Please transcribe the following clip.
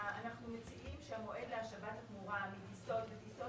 אנחנו מציעים שהמועד להשבת התמורה מטיסות לטיסות